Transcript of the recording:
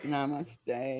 Namaste